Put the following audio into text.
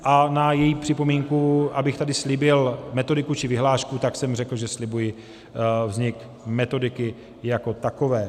A na její připomínku, abych tady slíbil metodiku či vyhlášku, jsem řekl, že slibuji vznik metodiky jako takové.